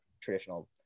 traditional